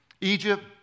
Egypt